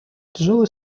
тяжелый